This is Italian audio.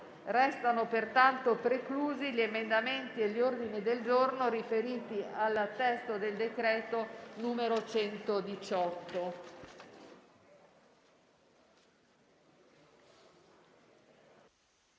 Risultano pertanto preclusi tutti gli emendamenti e gli ordini del giorno riferiti al testo del decreto-legge n. 118.